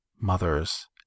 mothers